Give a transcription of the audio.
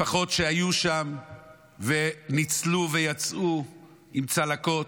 משפחות שהיו שם וניצלו ויצאו עם צלקות,